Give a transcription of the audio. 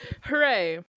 hooray